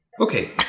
Okay